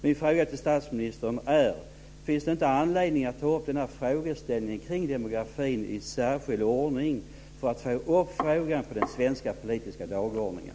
Min fråga till statsministern är: Finns det inte anledning att ta upp frågeställningen kring demografin i särskild ordning för att få upp frågan på den svenska politiska dagordningen?